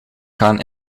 gaan